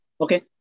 Okay